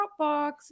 Dropbox